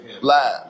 live